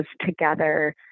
together